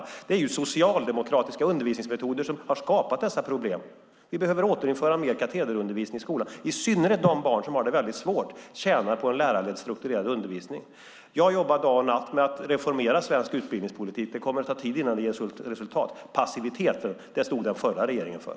Det är socialdemokratiska undervisningsmetoder som har skapat dessa problem. Vi behöver återinföra mer katederundervisning i skolan. I synnerhet de barn som har det väldigt svårt tjänar på en lärarledd, strukturerad undervisning. Jag jobbar dag och natt med att reformera svensk utbildningspolitik. Det kommer att ta tid innan det ger resultat. Passiviteten stod den förra regeringen för.